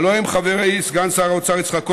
הלוא הם חברי סגן שר האוצר יצחק כהן,